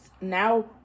now